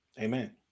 Amen